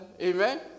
amen